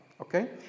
Okay